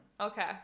Okay